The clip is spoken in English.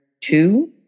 two